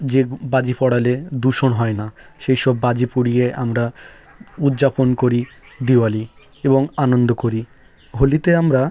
যে বাজি পোড়ালে দূষণ হয় না সেই সব বাজি পুড়িয়ে আমরা উজ্জাপন করি দিওয়ালি এবং আনন্দ করি হোলিতে আমরা